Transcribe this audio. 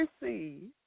receive